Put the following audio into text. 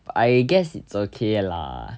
I guess it's okay lah